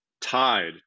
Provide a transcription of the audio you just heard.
tied